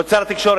כבוד שר התקשורת,